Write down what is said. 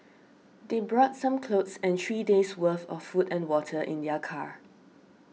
they brought some clothes and three days' worth of food and water in their car